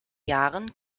jahren